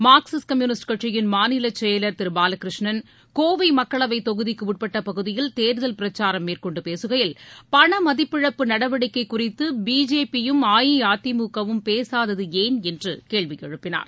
Marxist Communist கட்சியின் மாநில செயலர் திரு பாலகிருஷ்ணன் கோவை மக்களவை தொகுதிக்குட்பட்ட பகுதியில் தேர்தல் பிரச்சாரம் மேற்கொண்டு பேசுகையில் பணமதிப்பிழப்பு நடவடிக்கை குறித்து பிஜேபி யும் அஇஅதிமுகவும் பேசாதது ஏன் என்று கேள்வி எழுப்பினார்